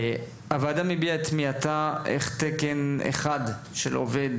הוועדה מביעה את תמיהתה איך תקן אחד של עובד